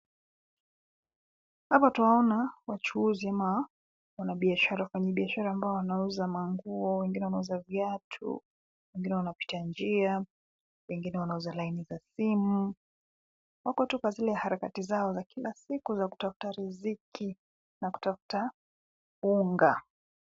Hapa twaona wachuuzi ama wanabiashara, wafanyibiashara ambao wanauza manguo, wengine wanauza viatu, wengine wanapita njia, wengine wanauza laini za simu, wako tu kwa zile harakati zao za kila siku, za kutafuta riziki na kutafuta unga.